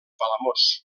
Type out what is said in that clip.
palamós